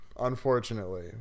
unfortunately